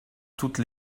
toutes